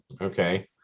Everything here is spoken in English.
Okay